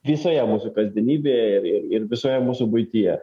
visoje mūsų kasdienybėje ir ir visoje mūsų buityje